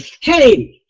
hey